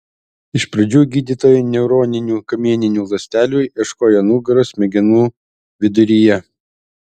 iš pradžių gydytojai neuroninių kamieninių ląstelių ieškojo nugaros smegenų viduryje